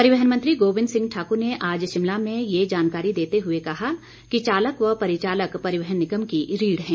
परिवहन मंत्री गोबिंद सिंह ठाकुर ने आज शिमला में ये जानकारी देते हुए कहा कि चालक व परिचालक परिवहन निगम की रीढ़ हैं